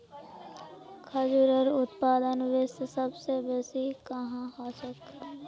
खजूरेर उत्पादन विश्वत सबस बेसी कुहाँ ह छेक